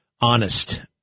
honest